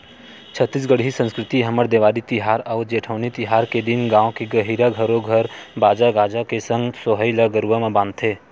छत्तीसगढ़ी संस्कृति हमर देवारी तिहार अउ जेठवनी तिहार के दिन गाँव के गहिरा घरो घर बाजा गाजा के संग सोहई ल गरुवा म बांधथे